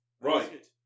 Right